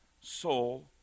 soul